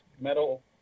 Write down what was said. metal